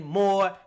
more